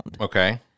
Okay